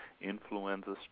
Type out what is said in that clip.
influenza